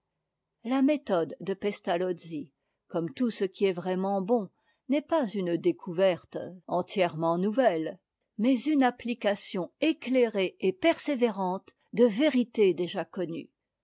la méthode de pestalozzi comme tout ce qui est vraiment bon n'est pas une découverte entièrement nouvelle mais une application éclairée et persévérante de vérités déjà connues